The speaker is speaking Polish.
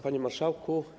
Panie Marszałku!